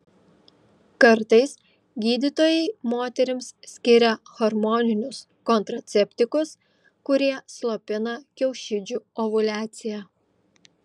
kartais gydytojai moterims skiria hormoninius kontraceptikus kurie slopina kiaušidžių ovuliaciją